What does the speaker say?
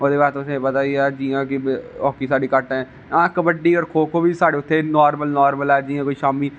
ओहदे बाद तुसें गी पता गै है जि'यां कि हाॅकी साढ़ी घट्ट ऐ कबड्डी और खो खो साढ़े उत्थै नार्मल ऐ जि'यां कोई शामी